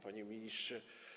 Panie Ministrze!